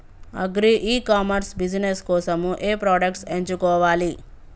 Agri e commerce business కోసము ఏ products ఎంచుకోవాలి?